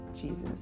Jesus